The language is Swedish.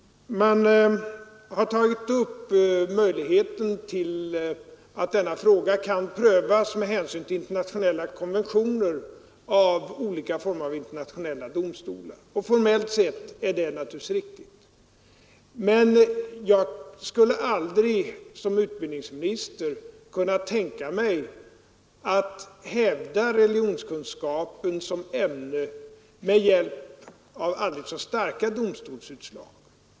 Man har tagit upp möjligheten av att denna fråga om tillämpningen prövas med hänsyn till internationella konventioner i olika slag av internationella domstolar. Formellt sett är det naturligtvis riktigt, men jag skulle aldrig som utbildningsminister kunna tänka mig att hävda religionskunskapen som ämne med hjälp av aldrig så starka domstolsutslag.